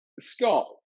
Scott